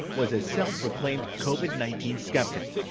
was a self-proclaimed covid nineteen skeptic.